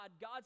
God